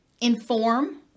inform